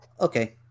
Okay